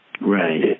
Right